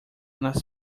nas